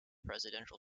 presidential